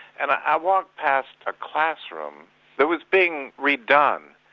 and i walked past a classroom that was being redone,